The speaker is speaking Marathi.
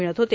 मिळत होते